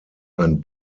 ein